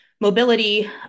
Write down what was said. mobility